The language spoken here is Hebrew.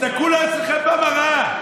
תסתכלו על עצמכם במראה.